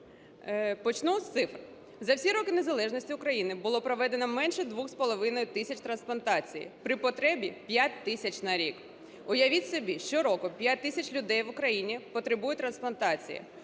Почну з цифр. За всі роки незалежності України було проведено менше 2,5 тисяч трансплантацій при потребі 5 тисяч на рік. Уявіть собі, щороку 5 тисяч людей в Україні потребують трансплантації.